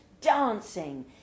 dancing